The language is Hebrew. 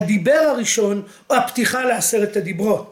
הדיבר הראשון, הפתיחה לעשרת הדיברות.